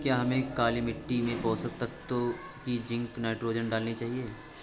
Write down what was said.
क्या हमें काली मिट्टी में पोषक तत्व की जिंक नाइट्रोजन डालनी चाहिए?